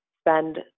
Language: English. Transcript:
spend